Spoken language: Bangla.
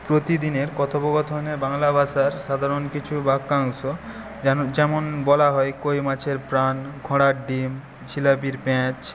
প্রতিদিনের কথোপকথনের বাংলা ভাষার সাধারন কিছু বাক্যাংশ যেন যেমন বলা হয় কই মাছের প্রাণ ঘোড়ার ডিম জিলাপির প্যাঁচ